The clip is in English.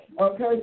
Okay